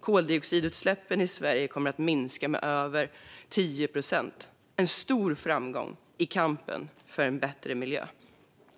Koldioxidutsläppen i Sverige kommer att minska med över 10 procent. Det är en stor framgång i kampen för bättre miljö.